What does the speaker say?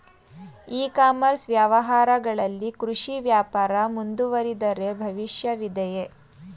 E commerce ವ್ಯವಹಾರಗಳಲ್ಲಿ ಕೃಷಿ ವ್ಯಾಪಾರ ಮುಂದುವರಿದರೆ ಭವಿಷ್ಯವಿದೆಯೇ?